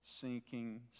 sinking